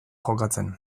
jokatzen